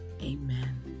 amen